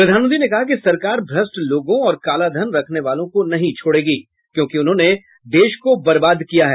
प्रधानमंत्री ने कहा कि सरकार भ्रष्ट लोगों और कालाधन रखने वालों को नहीं छोड़ेगी क्योंकि उन्होंने देश को बरबाद किया है